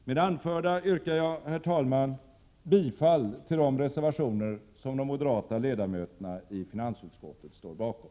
Med det anförda yrkar jag, herr talman, bifall till de reservationer som de moderata ledamöterna i finansutskottet står bakom.